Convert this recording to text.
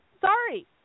Sorry